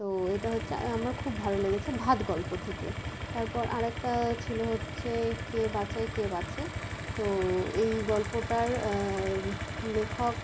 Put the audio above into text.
তো এটা হচ্ছে আমার খুব ভালো লেগেছে ভাত গল্প থেকে তারপর আর একটা ছিলো হচ্ছে কে বাঁচায় কে বাঁচে তো এই গল্পটার লেখক